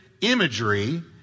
imagery